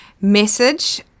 message